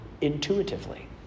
intuitively